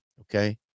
okay